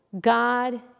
God